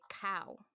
cow